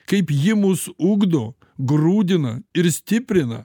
kaip ji mus ugdo grūdina ir stiprina